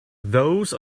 those